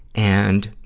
and,